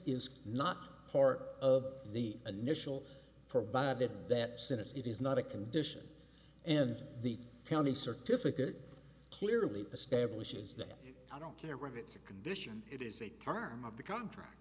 is not part of the initial provided that since it is not a condition and the county certificated clearly establishes that i don't care whether it's a condition it is a term of the contract